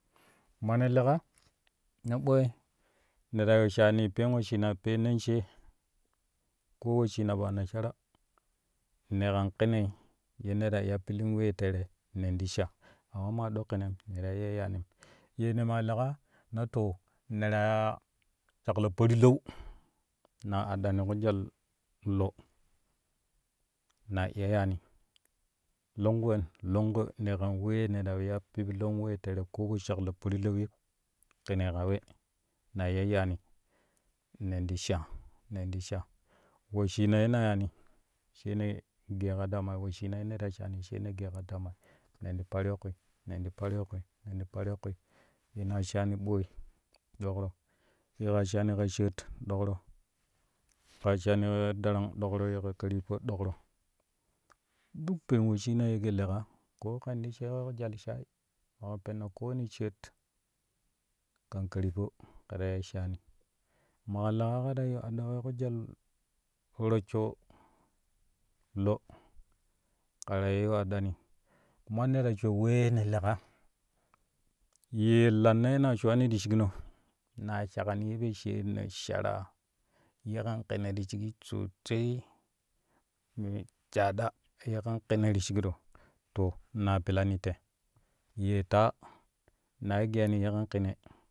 Mana leƙa na ɓooi ne ta yiu shaani peen wesshino peenon she ko wesshina fo anasara ne kan kinei ye ne te iya pilin wee tere nen ti sha amma maa ɗo kinem ne ta iya yannim ye ne ma leƙa na to ne ta yaa shaklo parlau na aɗɗani jwal lo naa iya yaano longku wen longku ne kan wee ne la iya piplon wee tere ko po shaklo parlaui kinei ka we na iya yaani nei ti sha nen ti sha wesshina ye nga yaani nen ti sha nen ti sha wesshina ye nga yaani sai ne geeƙa dama wesshina yen ta shaani sai ne geeƙa damai nen ti paryo kwi nen ti paryo kwi nenti paryo kwi weena shaani ɓooi dakro we na shaani ka sheet dokro kar shaani ka darang dokro ye ka karyippo dokro duk peen wesshina ye ƙo leƙa koo kɛ ti sha weƙo jwal shayi maƙa penna kowane sheet kan karyippo kɛ la iya shaani maƙa leƙa ka kɛ ta yiu aɗɗo weƙa jwal rossho lo kɛ la iya yiu aɗɗani amma ne ta shou wee ne leƙa yee lanna ye ne ta showani ti shikno naa shaƙrani ye po shaanno sharaa ye kam kine ti shigi sosai yen shaaɗa ye kan kine ti shikro to na pilani te ye taa na geyani ye kan kine.